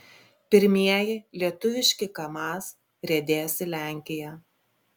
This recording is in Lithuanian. pirmieji lietuviški kamaz riedės į lenkiją